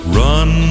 run